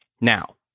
Now